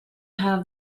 have